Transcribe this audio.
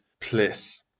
place